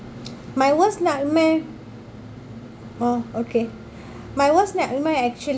my worst nightmare oh okay my worst nightmare